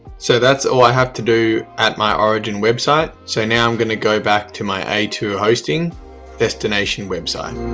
so that's all i have to do at my origin website so now i'm going to go back to my a two hosting destination website